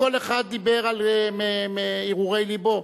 כל אחד דיבר מהרהורי לבו,